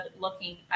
looking